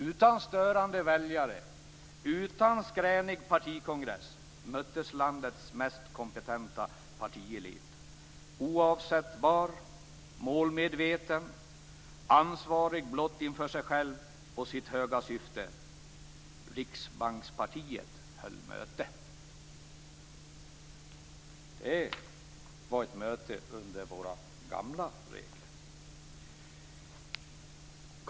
Utan störande väljare, utan skränig partikongress, möttes landets mest kompetenta partielit. Oavsättbar, målmedveten, ansvarig blott inför sig själv och sitt höga syfte. Riksbankspartiet höll möte." Det var ett möte då våra gamla regler gällde.